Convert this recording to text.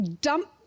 dump